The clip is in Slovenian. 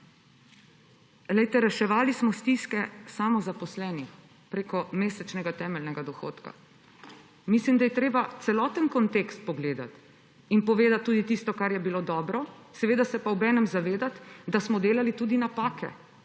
rešujemo. Reševali smo stiske samozaposlenih prek mesečnega temeljnega dohodka. Mislim, da je treba celoten kontekst pogledati in povedati tudi tisto, kar je bilo dobro, seveda se pa obenem zavedati, da smo delali tudi napake.